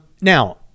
Now